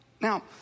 Now